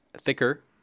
thicker